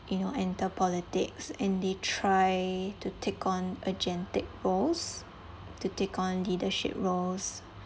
you know enter politics and they try to take on agentic roles to take on leadership roles